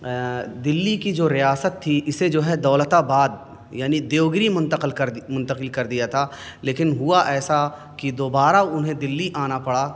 دلی کی جو ریاست تھی اسے جو ہے دولت آباد یعنی دیوگری منتقل کر منتقل کر دیا تھا لیکن ہوا ایسا کہ دوبارہ انہیں دلی آنا پڑا